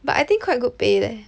but I think quite good pay leh